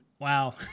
Wow